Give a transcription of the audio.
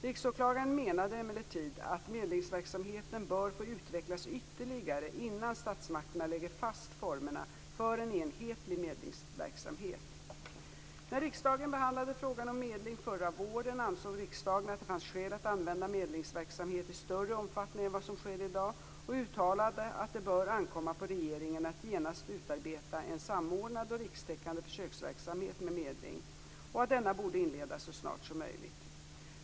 Riksåklagaren menade emellertid att medlingsverksamheten bör få utvecklas ytterligare innan statsmakterna lägger fast formerna för en enhetlig medlingsverksamhet. När riksdagen behandlade frågan om medling förra våren ansåg riksdagen att det fanns skäl att använda medlingsverksamhet i större omfattning än vad som sker i dag och uttalade att det bör ankomma på regeringen att genast utarbeta en samordnad och rikstäckande försöksverksamhet med medling och att denna borde inledas så snart som möjligt.